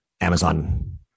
Amazon